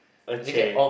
a chair